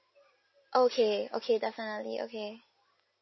okay okay definitely okay